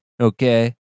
okay